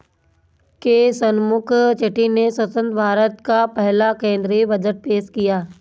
के शनमुखम चेट्टी ने स्वतंत्र भारत का पहला केंद्रीय बजट पेश किया